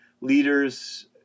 leaders